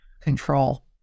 control